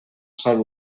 sòl